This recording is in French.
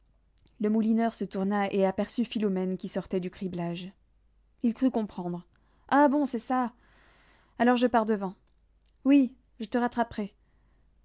le moulineur se tourna et aperçut philomène qui sortait du criblage il crut comprendre ah bon c'est ça alors je pars devant oui je te rattraperai